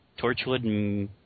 Torchwood